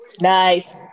Nice